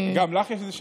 גם לך יש איזו שאילתה?